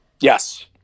Yes